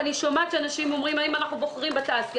ואני שומעת שאנשים שואלים: האם אנחנו בוחרים בתעשייה?